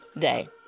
day